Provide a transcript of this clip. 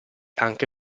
anche